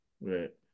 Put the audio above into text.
Right